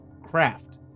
craft